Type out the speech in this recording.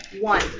one